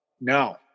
No